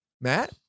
Matt